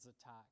attack